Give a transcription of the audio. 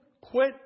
Quit